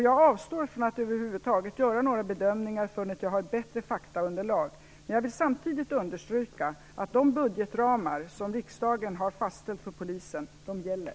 Jag avstår från att över huvud taget göra några bedömningar förrän jag har ett bättre faktaunderlag, men jag vill samtidigt understryka att de budgetramar som riksdagen har fastställt för Polisen gäller.